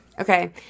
Okay